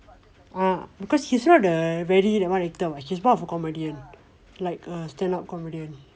ah because he's not the very what actor what he's more of a comedian like a stand up comedian